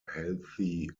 healthy